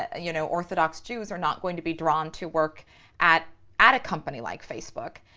ah you know, orthodox jews are not going to be drawn to work at at a company like facebook,